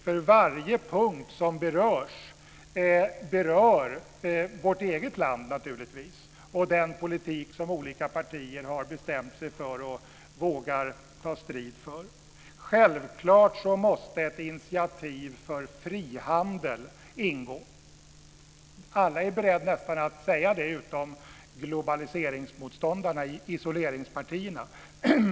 För varje punkt berör naturligtvis vårt eget land och den politik som olika partier vågar ta strid för. Självklart måste ett initiativ för frihandel ingå. Alla är beredda att säga det utom globaliseringsmotståndarna i isoleringspartierna.